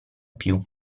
più